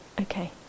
Okay